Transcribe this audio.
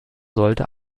sollte